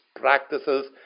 practices